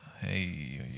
hey